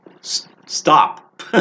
Stop